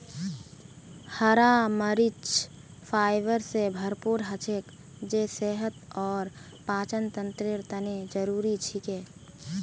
हरा मरीच फाइबर स भरपूर हछेक जे सेहत और पाचनतंत्रेर तने जरुरी छिके